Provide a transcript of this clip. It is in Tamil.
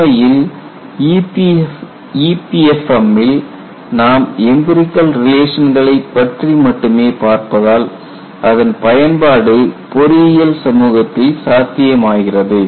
உண்மையில் EPFM ம்மில் நாம் எம்பிரிகல் ரிலேஷன்களை பற்றி மட்டுமே பார்ப்பதால் அதன் பயன்பாடு பொறியியல் சமூகத்தில் சாத்தியமாகிறது